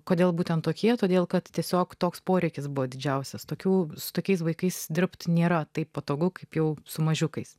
kodėl būtent tokie todėl kad tiesiog toks poreikis buvo didžiausias tokių su tokiais vaikais dirbti nėra taip patogu kaip jau su mažiukais